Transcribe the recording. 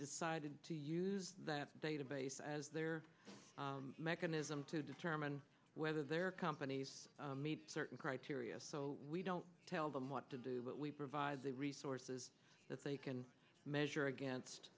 decided to use that database as their mechanism to determine whether their companies meet certain criteria so we don't tell them what to do but we provide the resources that they can measure against